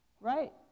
Right